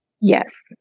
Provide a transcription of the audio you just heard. Yes